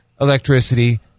electricity